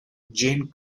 jane